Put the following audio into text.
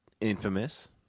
Infamous